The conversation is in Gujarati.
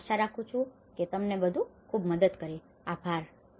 હું આશા રાખું છું આ તમને ખૂબ મદદ કરે આભાર